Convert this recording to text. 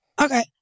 Okay